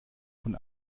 von